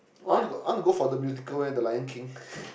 I want to I want to go for the musical eh the Lion King